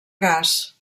gas